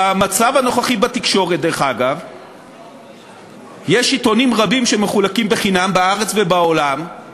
במצב הנוכחי בשוק התקשורת עיתונים רבים בארץ ובעולם מחולקים חינם.